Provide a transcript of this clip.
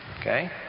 okay